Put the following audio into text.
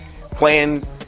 playing